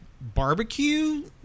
barbecue